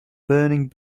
burning